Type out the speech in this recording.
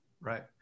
Right